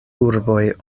urboj